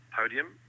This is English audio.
podium